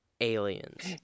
aliens